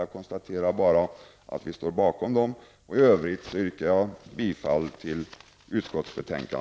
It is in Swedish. Jag konstaterar bara att vi centerpartister står bakom reservationerna. I övrigt yrkar jag bifall till utskottets hemställan.